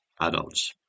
adults